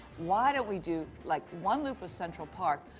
why don't we do, like, one loop of central park,